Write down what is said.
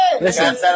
Listen